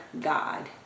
God